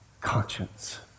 Conscience